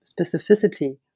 specificity